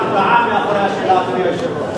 לעלות ולענות על שאילתא דחופה של ממלא-מקום יושב-ראש הכנסת,